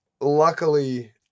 luckily